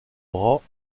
bras